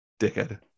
Dickhead